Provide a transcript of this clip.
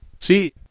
See